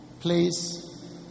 Please